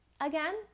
again